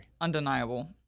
Undeniable